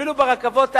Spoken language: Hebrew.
אפילו ברכבות האלה,